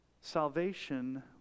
Salvation